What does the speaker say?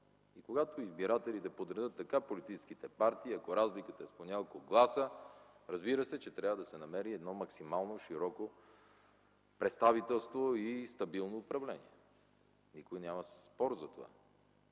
И когато избирателите подредят така политическите партии, ако разликата е с по няколко гласа, разбира се, че трябва да се намери максимално широко представителство и стабилно управление. Няма спор за това.